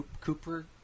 cooper